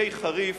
די חריף,